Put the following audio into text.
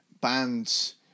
bands